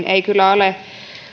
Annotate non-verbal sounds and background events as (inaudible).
(unintelligible) ei kyllä ole